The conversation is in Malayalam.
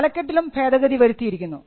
തലക്കെട്ടിലും ഭേദഗതി വരുത്തിയിരിക്കുന്നു